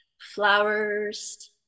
flowers